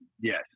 yes